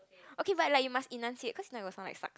okay but like you must enunciate cause like got something like